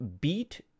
beat